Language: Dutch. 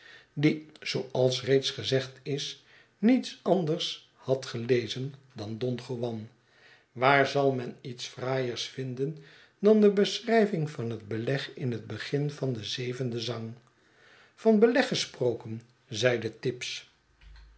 die zooals reeds gezegd is niets anders had gelezen dan don juan waar zal men iets fraaiers vinden dan de beschrijving van het beleg in het begin van den zevenden zang van beleg gesproken zeide tibbs